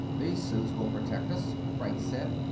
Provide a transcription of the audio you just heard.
these suits will protect us, franks said.